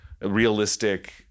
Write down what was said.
realistic